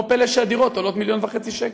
לא פלא שהדירות עולות 1.5 מיליון שקל.